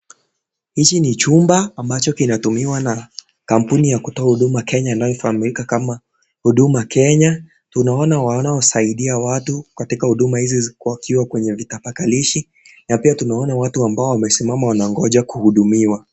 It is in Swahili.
Hichi ni chumba ambachokinatumiwa na kampuni ya kutoa huduma Kenya inafaamika kama huduma Kenya kuna wale wanaosaidia watu katika huduma hizi wakiwa kwenye vitapakalishi na pia tunawaona watu ambao wanasimama wanangoja kuhudumiwa.